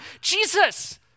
Jesus